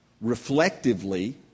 reflectively